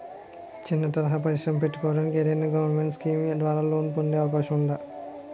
చిన్న తరహా పరిశ్రమ పెట్టుకోటానికి ఏదైనా గవర్నమెంట్ స్కీం ద్వారా లోన్ పొందే అవకాశం ఉందా?